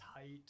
tight